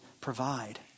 provide